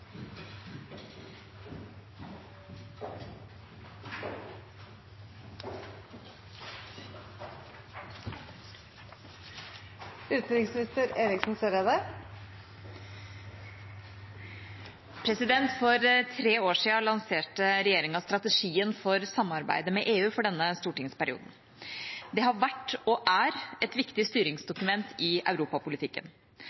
For tre år siden lanserte regjeringa strategien for samarbeidet med EU for denne stortingsperioden. Det har vært og er et viktig